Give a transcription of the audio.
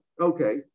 okay